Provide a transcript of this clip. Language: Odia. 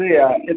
ସେଇୟା